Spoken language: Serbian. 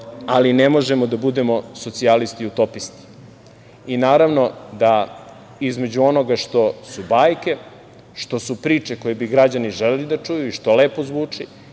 ali ne možemo da budemo socijalisti utopisti. I naravno da između onoga što su bajke, što su priče koje bi građani želeli da čuju i što lepo zvuči